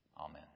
Amen